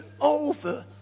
over